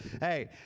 Hey